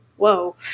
whoa